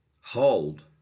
hold